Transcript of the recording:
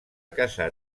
casar